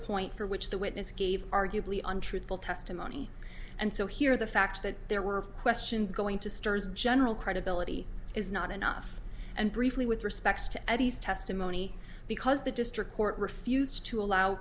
point for which the witness gave arguably on truthful testimony and so here the fact that there were questions going to stores general credibility is not enough and briefly with respect to eddie's testimony because the district court refused to allow